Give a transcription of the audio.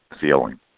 feeling